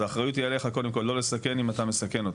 אז האחריות היא עליך קודם כל לא לסכן אם אתה מסכן אותו,